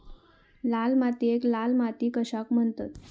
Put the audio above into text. लाल मातीयेक लाल माती कशाक म्हणतत?